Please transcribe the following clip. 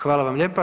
Hvala vam lijepa.